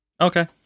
Okay